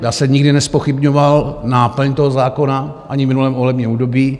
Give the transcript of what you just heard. Já jsem nikdy nezpochybňoval náplň toho zákona, ani v minulém volebním období.